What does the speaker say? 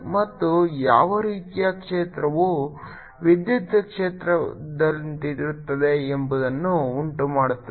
ಮತ್ತು ಯಾವ ರೀತಿಯ ಕ್ಷೇತ್ರವು ವಿದ್ಯುತ್ ಕ್ಷೇತ್ರದಂತಿರುತ್ತದೆ ಎಂಬುದನ್ನು ಉಂಟುಮಾಡುತ್ತದೆ